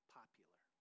popular